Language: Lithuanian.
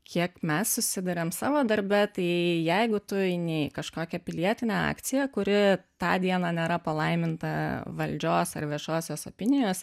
kiek mes susiduriam savo darbe tai jeigu tu eini į kažkokią pilietinę akciją kuri tą dieną nėra palaiminta valdžios ar viešosios opinijos